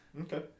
Okay